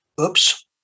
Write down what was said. oops